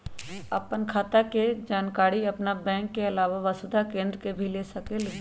आपन खाता के जानकारी आपन बैंक के आलावा वसुधा केन्द्र से भी ले सकेलु?